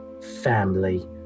family